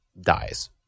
dies